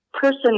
person